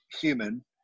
human